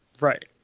Right